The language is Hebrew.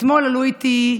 אתמול עלו איתי,